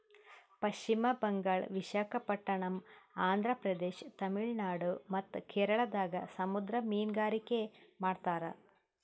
ಪಶ್ಚಿಮ್ ಬಂಗಾಳ್, ವಿಶಾಖಪಟ್ಟಣಮ್, ಆಂಧ್ರ ಪ್ರದೇಶ, ತಮಿಳುನಾಡ್ ಮತ್ತ್ ಕೇರಳದಾಗ್ ಸಮುದ್ರ ಮೀನ್ಗಾರಿಕೆ ಮಾಡ್ತಾರ